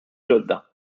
ġodda